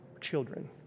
children